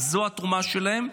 אז זאת התרומה שלהם,